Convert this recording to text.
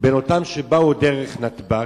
בין אותם אלה שבאו דרך נתב"ג,